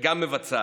וגם מבצעת.